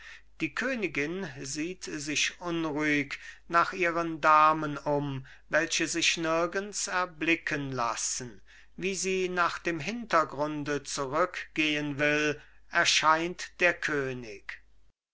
die königin sieht sich unruhig nach ihren damen um welche sich nirgends erblicken lassen wie sie nach dem hintergrunde zurückgehen will erscheint der könig